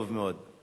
טוב מאוד.